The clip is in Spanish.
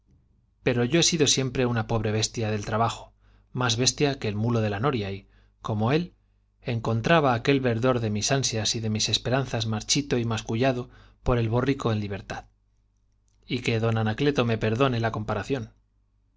pero yo he sido siempre una pobre bestia del tra bajo más bestia que el mulo de la noria y como él encontraba aquel verdor de mis ansias y de mis espe ranzas marchito y mascullado por el borrico en liber tad y que d anacleo fue perdone la comparación